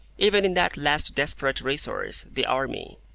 even in that last desperate resource, the army